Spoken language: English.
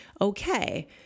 okay